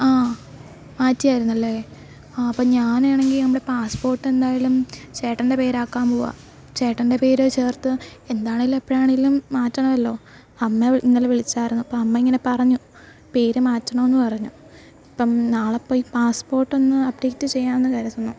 ആ മാറ്റിയായിരുന്നല്ലേ അ അപ്പോൾ ഞാനാണെങ്കിൽ നമ്മളെ പാസ്പോർട്ട് എന്തായാലും ചേട്ടൻ്റെ പേരാക്കാൻ പോവാ ചേട്ടൻ്റെ പേര് ചേർത്ത് എന്താണേലും എപ്പോഴാണെലും മാറ്റണല്ലോ അമ്മ വിളിച്ചു ഇന്നലെ വിളിച്ചായിരുന്നു അപ്പോൾ അമ്മ ഇങ്ങനെ പറഞ്ഞു പേര് മാറ്റണമെന്ന് പറഞ്ഞു അപ്പം നാളെ പോയി പാസ്പോർട്ടൊന്ന് അപ്ഡേറ്റ് ചെയ്യാന്ന് കരുതുന്നു